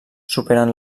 superen